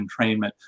entrainment